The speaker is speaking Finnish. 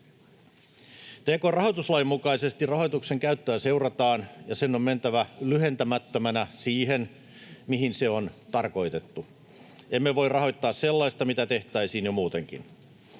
Tk-rahoituslain mukaisesti rahoituksen käyttöä seurataan ja sen on mentävä lyhentämättömänä siihen, mihin se on tarkoitettu. Emme voi rahoittaa sellaista, mitä tehtäisiin jo muutenkin.